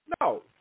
No